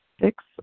Six